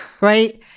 right